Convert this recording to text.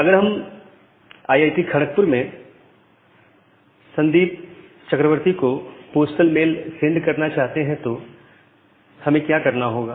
अगर हम आईटी खड़कपुर में संदीप चक्रवर्ती को पोस्टल मेल सेंड करना चाहते हैं तो हमें क्या करना होगा